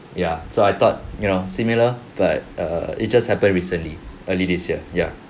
ya so I thought you know similar but err it just happened recently early this year ya